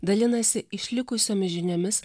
dalinasi išlikusiomis žiniomis